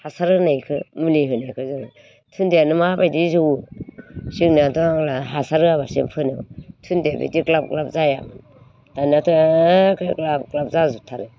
हासार होनायखौ मुलि होनायखौ जोङो दुनजियानो माबायदि जौवो जोंना दलहा हासार होया बालासिनो फोनो दिनजिया बिदि ग्लाब ग्लब जायामोन दानाथ' एथ' ग्लाब ग्लाब जाजोबथारो